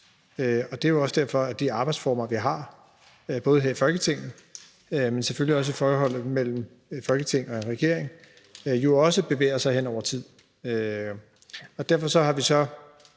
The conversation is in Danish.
og det er også derfor, at de arbejdsformer, vi har, både her i Folketinget, men selvfølgelig også i forholdet mellem Folketing og regering, jo også bevæger sig hen over tid. Derfor har vi så